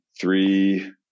three